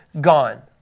gone